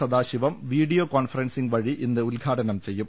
Sadasivam video conferencing വഴി ഇന്ന് ഉദ്ഘാടനം ചെയ്യും